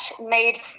made